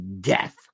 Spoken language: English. death